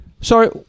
Sorry